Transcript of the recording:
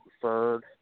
preferred